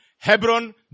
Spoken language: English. Hebron